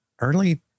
early